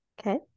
Okay